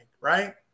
right